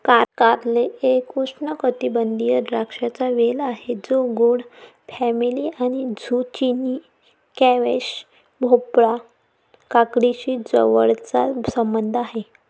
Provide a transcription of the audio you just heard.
कारले एक उष्णकटिबंधीय द्राक्षांचा वेल आहे जो गोड फॅमिली आणि झुचिनी, स्क्वॅश, भोपळा, काकडीशी जवळचा संबंध आहे